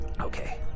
Okay